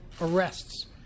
arrests